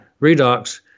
Redox